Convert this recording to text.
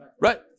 right